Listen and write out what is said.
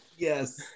Yes